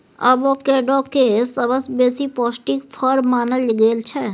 avocado केँ सबसँ बेसी पौष्टिक फर मानल गेल छै